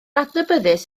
adnabyddus